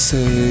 Say